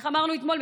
איך אמרנו אתמול?